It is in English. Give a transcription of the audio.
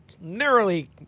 narrowly